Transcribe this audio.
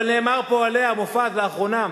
אבל נאמר פה על-ידי מופז לאחרונה: